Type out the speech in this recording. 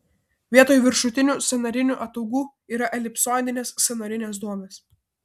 vietoj viršutinių sąnarinių ataugų yra elipsoidinės sąnarinės duobės